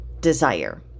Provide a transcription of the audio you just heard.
desire